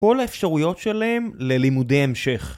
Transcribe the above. ‫כל האפשרויות שלהם ללימודי המשך.